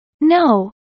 No